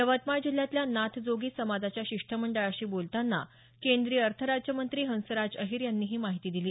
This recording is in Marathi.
यवतमाळ जिल्ह्यातल्या नाथजोगी समाजाच्या शिष्टमंडळाशी बोलताना केंद्रीय अर्थराज्यमंत्री हंसराज अहीर यांनी ही माहिती दिली